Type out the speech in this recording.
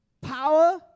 Power